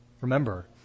Remember